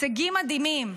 הישגים מדהימים.